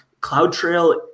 CloudTrail